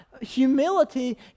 Humility